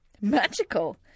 magical